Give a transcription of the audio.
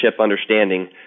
understanding